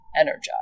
energized